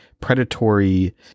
Predatory